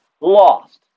lost